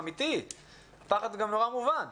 הפחד שלהם מובן.